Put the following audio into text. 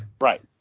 right